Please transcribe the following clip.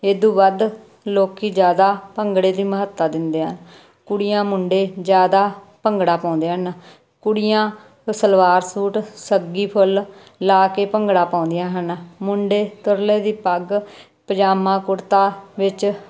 ਇਦੂ ਵੱਧ ਲੋਕੀ ਜ਼ਿਆਦਾ ਭੰਗੜੇ ਦੀ ਮਹੱਤਤਾ ਦਿੰਦੇ ਹਨ ਕੁੜੀਆਂ ਮੁੰਡੇ ਜ਼ਿਆਦਾ ਭੰਗੜਾ ਪਾਉਂਦੇ ਹਨ ਕੁੜੀਆਂ ਸਲਵਾਰ ਸੂਟ ਸੱਗੀ ਫੁੱਲ ਲਾ ਕੇ ਭੰਗੜਾ ਪਾਉਂਦੀਆਂ ਹਨ ਮੁੰਡੇ ਤੁਰਲੇ ਦੀ ਪੱਗ ਪਜਾਮਾ ਕੁੜਤਾ ਵਿੱਚ